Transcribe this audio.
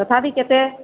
ତଥାପି କେତେ